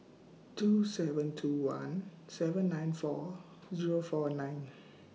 two seven two one seven nine four Zero four nine